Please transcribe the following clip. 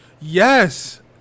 yes